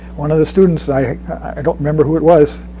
one of the students, i i don't remember who it was,